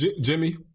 Jimmy